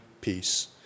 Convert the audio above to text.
peace